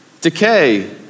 Decay